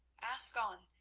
ask on,